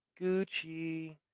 Gucci